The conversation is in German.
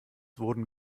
wurden